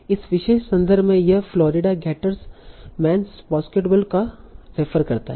इस विशेष संदर्भ में यह फ्लोरिडा गेटर्स मेन्स बास्केटबॉल को रेफ़र करता है